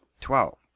twelve